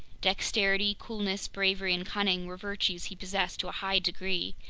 dexterity, coolness, bravery, and cunning were virtues he possessed to a high degree,